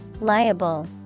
Liable